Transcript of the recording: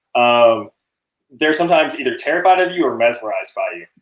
um they're sometimes either terrified of you or mesmerized by you,